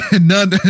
none